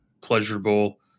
pleasurable